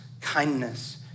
kindness